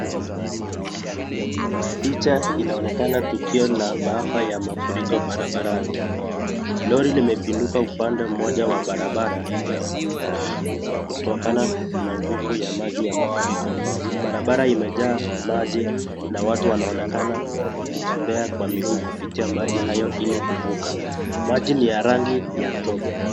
Picha inaonekana tukio la maafa ya mafuriko barabarani. Lori limepinduka upande mmoja wa barabara ya kutokana na nguvu ya maji ya mafuriko barabara imejaa maji na watu wanaonekana wakitembea kwa miguu kupitia maji hayo ili kuvuka, maji ni ya rangi ya tope.